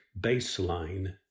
baseline